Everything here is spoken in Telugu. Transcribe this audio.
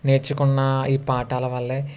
నేర్చుకున్న ఈ పాఠాలు వల్ల